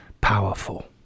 powerful